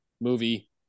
movie